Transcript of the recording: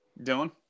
Dylan